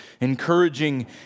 encouraging